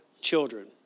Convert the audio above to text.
children